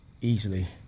easily